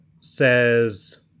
says